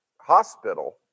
Hospital